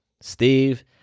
Steve